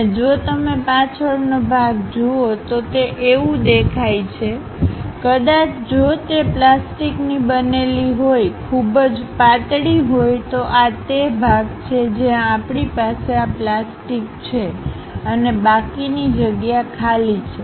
અને જો તમે પાછળનો ભાગ જુઓ તો તે આવું દેખાય છેકદાચ જો તે પ્લાસ્ટિકની બનેલી હોય ખુબ જ પાતળી હોય તો આ તે ભાગ છે જ્યાં આપણી પાસે આ પ્લાસ્ટિક છે અને બાકીની જગ્યા ખાલી છે